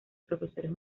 profesores